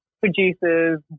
Producers